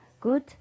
Good